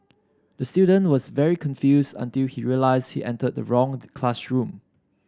the student was very confused until he realised he entered the wrong classroom